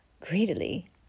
Greedily